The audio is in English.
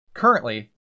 Currently